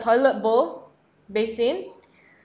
toilet bowl basin